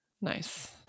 Nice